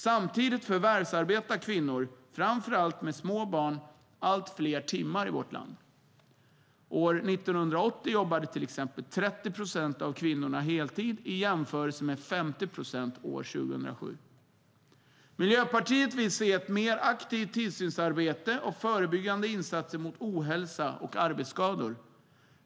Samtidigt förvärvsarbetar kvinnor med små barn allt fler timmar. År 1980 var det 30 procent av kvinnorna som jobbade heltid, vilket kan jämföras med 2007, då det var 50 procent. Miljöpartiet vill se ett mer aktivt tillsynsarbete och förebyggande insatser mot ohälsa och arbetsskador.